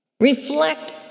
Reflect